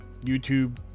YouTube